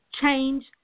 change